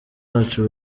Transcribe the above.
bacu